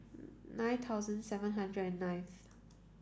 nine thousand seven hundred and ninth